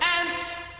ants